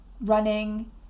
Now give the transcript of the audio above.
running